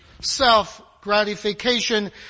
self-gratification